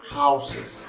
houses